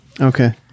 Okay